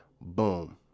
boom